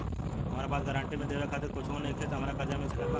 हमरा पास गारंटी मे देवे खातिर कुछूओ नईखे और हमरा कर्जा मिल सकत बा?